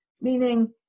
meaning